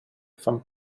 from